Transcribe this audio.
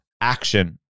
action